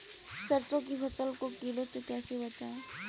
सरसों की फसल को कीड़ों से कैसे बचाएँ?